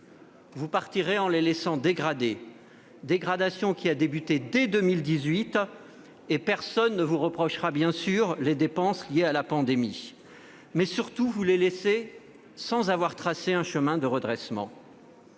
Vous partirez en les laissant dégradés, dégradation qui a débuté dès 2018, car personne ne vous reprochera, bien sûr, les dépenses liées à la pandémie, mais vous partirez surtout sans avoir tracé un chemin de redressement.